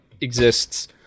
exists